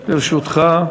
דקות לרשותך.